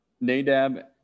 Nadab